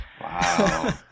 Wow